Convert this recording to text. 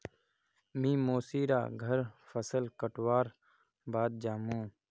मी मोसी र घर फसल कटवार बाद जामु